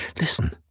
Listen